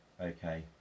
okay